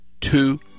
two